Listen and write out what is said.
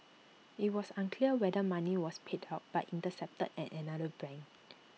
IT was unclear whether money was paid out but intercepted at another bank